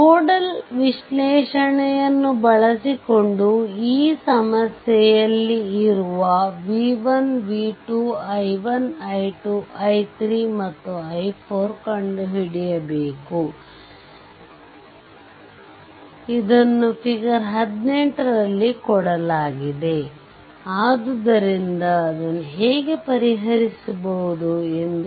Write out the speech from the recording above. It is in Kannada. ನೋಡಲ್ ವಿಶ್ಲೇಷಣೆಯನ್ನು ಬಳಸಿಕೊಂಡು ಈ ಸಮಸ್ಯೆಯಲ್ಲಿ ಇರುವ v1 v2 i1 i2 i3 ಮತ್ತು i4ಕಂಡು ಹಿಡಿಯಬೇಕು ಇಡನ್ನಿ fig ರಲ್ಲಿ ಕೊಡಲಾಗಿದೆ ಆದ್ದರಿಂದಅದನ್ನು ಹೇಗೆ ಪರಿಹರಿಸುವುದು ಎಂಬುದು